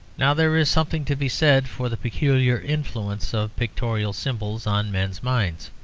now, there is something to be said for the peculiar influence of pictorial symbols on men's minds.